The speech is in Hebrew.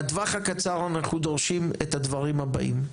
לטווח הקצר אנחנו דורשים את הדברים הבאים,